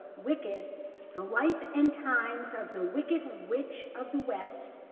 wicked the life and times of the wicked witch of the west,